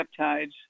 peptides